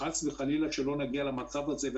אז חס וחלילה שלא נגיע למצב הזה.